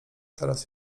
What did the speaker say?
teraz